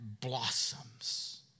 blossoms